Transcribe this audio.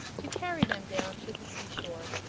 to carry them down to the sea-shore,